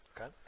Okay